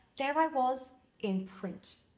there i was in print.